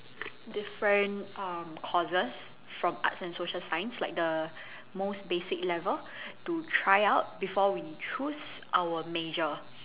different um courses from arts and social science like the most basic level to try out before we choose our major